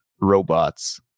robots